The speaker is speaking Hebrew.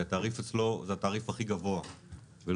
כי התעריף אצלו זה התעריף הכי גבוה ולא